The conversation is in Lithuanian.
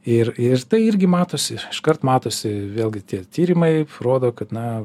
ir ir tai irgi matosi iškart matosi vėlgi tie tyrimai rodo kad na